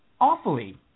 awfully